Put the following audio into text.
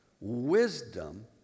Wisdom